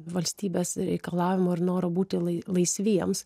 valstybės reikalavimo ir noro būti laisviems